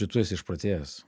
čia tu esi išprotėjęs